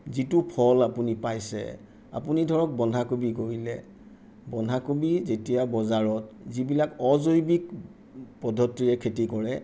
যিটো ফল আপুনি পাইছে আপুনি ধৰক বন্ধাকবি কৰিলে বন্ধাকবি যেতিয়া বজাৰত যিবিলাক অজৈৱিক পদ্ধতিৰে খেতি কৰে